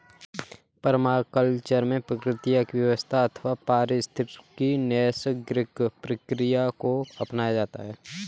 permaculture में प्रकृति की व्यवस्था अथवा पारिस्थितिकी की नैसर्गिक प्रकृति को अपनाया जाता है